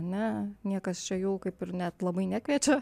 ne niekas čia jų kaip ir net labai nekviečiau